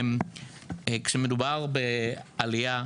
כשמדובר בעלייה,